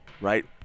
right